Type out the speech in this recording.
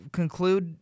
conclude